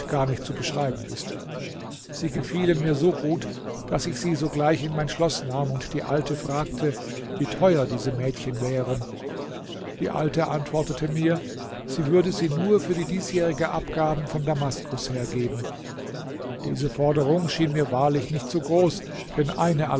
gar nicht zu beschreiben ist sie gefielen mir so gut daß ich sie sogleich in mein schloß nahm und die alte fragte wie teuer diese mädchen wären die alte antwortete mir sie würde sie nur für die diesjährigen abgaben von damaskus hergeben diese forderung schien mir wahrlich nicht zu groß denn eine